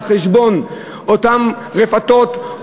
על חשבון אותן רפתות,